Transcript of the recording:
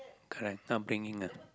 correct upbringing ah